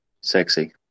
Sexy